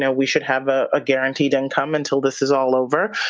yeah we should have a ah guaranteed income until this is all over.